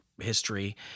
history